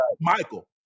Michael